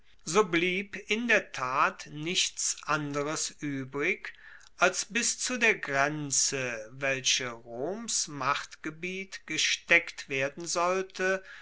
so blieb in der tat nichts anderes uebrig als bis zu der grenze welche roms machtgebiet gesteckt werden sollte